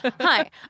Hi